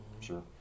sure